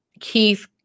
Keith